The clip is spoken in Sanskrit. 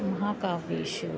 महाकाव्येषु